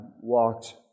walked